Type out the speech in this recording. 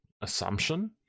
assumption